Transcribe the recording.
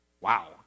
Wow